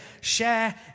share